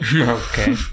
Okay